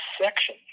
section